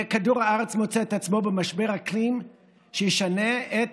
וכדור הארץ מוצא את עצמו במשבר אקלים שישנה את